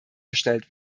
gestellt